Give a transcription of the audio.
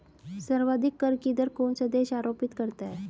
सर्वाधिक कर की दर कौन सा देश आरोपित करता है?